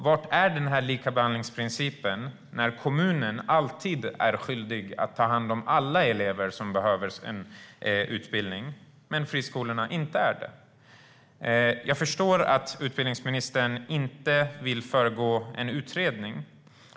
Var är likabehandlingsprincipen när kommunerna alltid är skyldiga att ta hand om alla elever som behöver en utbildning men friskolorna inte är det? Jag förstår att utbildningsministern inte vill föregå en utredning.